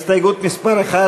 יחיאל חיליק בר, עמיר פרץ,